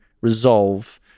resolve